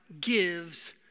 gives